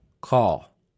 Call